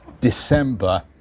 December